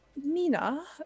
Mina